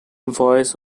voice